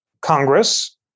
Congress